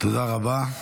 תודה רבה.